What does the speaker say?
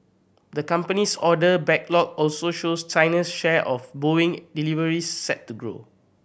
the company's order backlog also shows China's share of Boeing deliveries set to grow